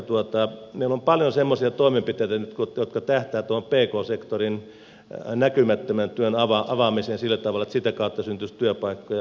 meillä on paljon semmoisia toimenpiteitä jotka tähtäävät pk sektorin näkymättömän työn avaamiseen sillä tavalla että sitä kautta syntyisi työpaikkoja